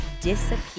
disappeared